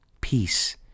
peace